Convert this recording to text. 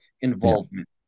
involvement